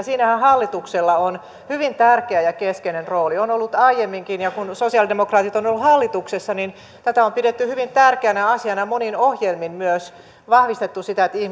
siinähän hallituksella on hyvin tärkeä ja keskeinen rooli on ollut aiemminkin ja kun sosialidemok raatit ovat olleet hallituksessa niin tätä on pidetty hyvin tärkeänä asiana ja monin ohjelmin myös vahvistettu sitä että ihmisten